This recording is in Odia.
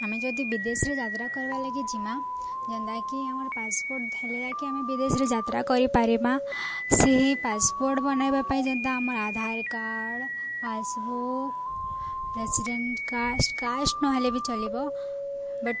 ଆମେ ଯଦି ବିଦେଶରେ ଯାତ୍ରା କରବାର୍ ଲାଗି ଯିମା ଯେନ୍ତାକି ଆମର୍ ପାସପୋର୍ଟ ହେଲେ ଯାକି ଆମେ ବିଦେଶରେ ଯାତ୍ରା କରିପାରିବା ସେହି ପାସପୋର୍ଟ ବନେଇବା ପାଇଁ ଯେନ୍ତା ଆମର Aadhaar card passbook resident caste caste ନହେଲେ ବି ଚଲିବ ବଟ୍